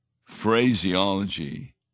phraseology